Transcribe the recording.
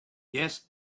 yet